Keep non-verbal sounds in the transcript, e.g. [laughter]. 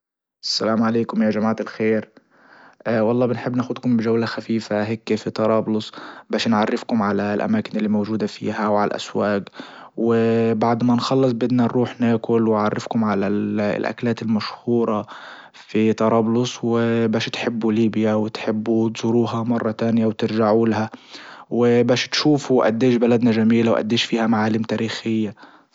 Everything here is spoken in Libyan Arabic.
السلام عليكم يا جماعة الخير [hesitation] والله بنحب ناخدكم بجولة خفيفة هيكي في طرابلس باش نعرفكم على الاماكن اللي موجودة فيها وعالاسواق و بعد ما نخلص بدنا نروح ناكل واعرفكم على الاكلات المشهورة. في طرابلس وباش تحبوا ليبيا وتحبوا تزوروها مرة تانية وترجعوا لها وباش تشوفوا أديش بلدنا جميلة وأديش فيها معالم تاريخية.